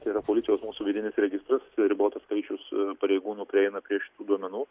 tai yra policijos mūsų vidinis registras ir ribotas skaičius pareigūnų prieina prie šitų duomenų